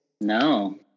No